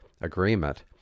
Agreement